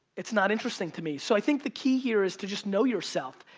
it's not interesting to me, so i think the key here is to just know yourself,